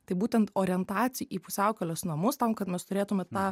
tai būtent orientacija į pusiaukelės namus tam kad mes turėtume tą